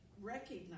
recognize